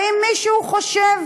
האם מישהו חושב